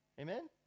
amen